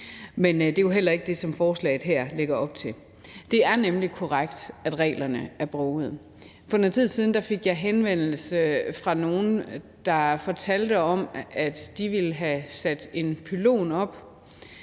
Men det er jo heller ikke det, som forslaget her lægger op til. Det er nemlig korrekt, at reglerne er brogede. For noget tid siden fik jeg en henvendelse fra nogen, der fortalte om, at de ville have sat en pylon op;